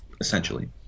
essentially